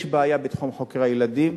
יש בעיה בתחום חוקרי הילדים,